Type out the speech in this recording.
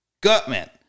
gutman